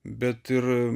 bet ir